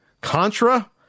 Contra